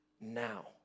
now